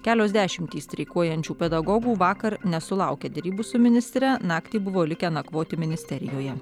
kelios dešimtys streikuojančių pedagogų vakar nesulaukę derybų su ministre naktį buvo likę nakvoti ministerijoje